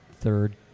Third